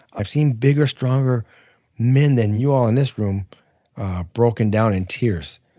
i've seen bigger, stronger men than you all in this room broken down in tears.